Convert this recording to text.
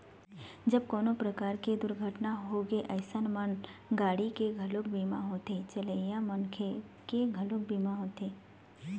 जब कोनो परकार के दुरघटना होगे अइसन म गाड़ी के घलोक बीमा होथे, चलइया मनखे के घलोक बीमा होथे